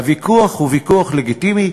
הוויכוח הוא לגיטימי,